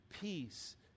peace